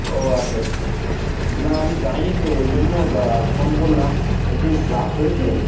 ও আচ্ছা আচ্ছা না আমি যাইনি তো ওই জন্য ফোন করলাম বলছি ক্লাস হয়েছে